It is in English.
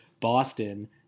Boston